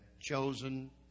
chosen